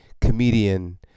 comedian